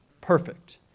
perfect